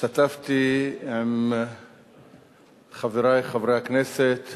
השתתפתי עם חברי חברי הכנסת